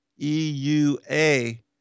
E-U-A